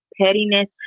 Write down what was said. pettiness